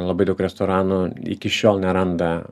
labai daug restoranų iki šiol neranda